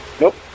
Nope